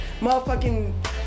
motherfucking